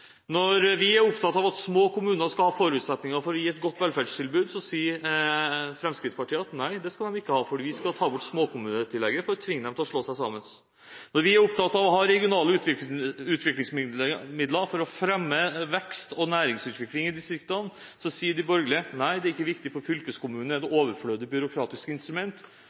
Når vi er opptatt av at små kommuner skal ha forutsetninger for å gi et godt velferdstilbud, sier Fremskrittspartiet at det skal vi ikke, for vi skal ta bort småkommunetillegget for å tvinge dem til å slå seg sammen. Når vi er opptatt av å ha regionale utviklingsmidler for å fremme vekst og næringsutvikling i distriktene, sier de borgerlige at det ikke er viktig, for fylkeskommunen er et overflødig byråkratisk instrument. Når det